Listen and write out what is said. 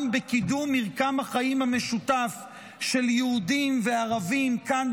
בקידום מרקם החיים המשותף של יהודים וערבים כאן,